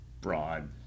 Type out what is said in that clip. broad